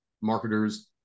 marketers